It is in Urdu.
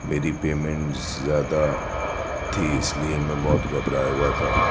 میری پیمنٹس زیادہ تھی اس لیے میں بہت گھبرایا ہوا تھا